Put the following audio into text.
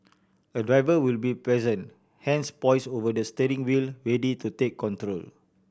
a driver will be present hands poised over the steering wheel ready to take control